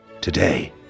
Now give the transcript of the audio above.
Today